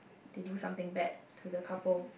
they do something bad to the couple